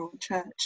church